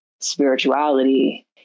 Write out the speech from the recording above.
spirituality